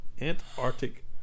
Antarctic